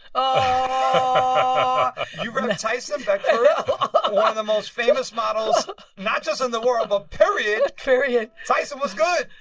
oh um you rep tyson beckford, one and and of the most famous models not just in the world, but period period tyson, what's good?